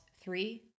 three